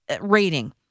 rating